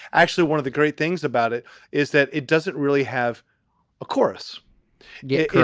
actually one of the great things about it is that it doesn't really have a chorus yet.